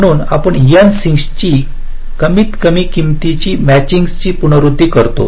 म्हणून आपण N सिंकची कमीत कमी किंमतीची मॅचिंगसची पुनरावृत्ती करतो